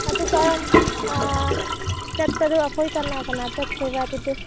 ꯑꯗꯨ ꯀꯔꯝ ꯆꯠꯄꯗꯣ ꯑꯩꯈꯣꯏ ꯀꯅꯥ ꯀꯅꯥ ꯆꯠꯁꯦꯕ ꯑꯗꯨꯗꯤ